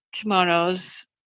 kimonos